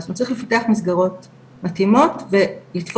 זאת אומרת צריך לפתח מסגרות מתאימות ולתפוס